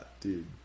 dude